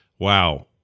wow